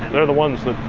they're the ones that